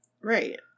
Right